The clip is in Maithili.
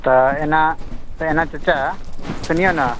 तऽ एना तऽ एना चाचा सुनियौ ने